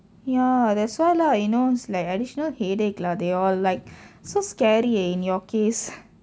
ya that's why lah you know those like additional headache lah they all like so scary eh in your case